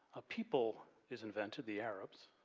a people is invented, the arabs,